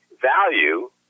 value